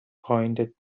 pointed